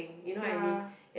ya